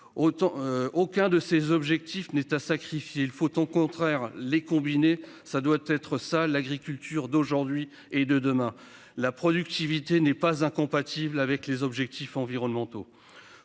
aucun de ces objectifs n'est à sacrifier. Il faut au contraire les combinés. Ça doit être ça. L'agriculture d'aujourd'hui et de demain. La productivité n'est pas incompatible avec les objectifs environnementaux